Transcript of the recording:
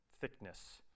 thickness